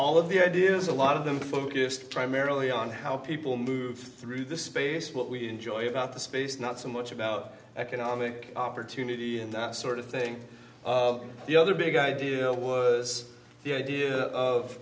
all of the ideas a lot of them focused primarily on how people move through the space what we enjoy about the space not so much about economic opportunity and that sort of thing the other big idea the idea of